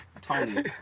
Tony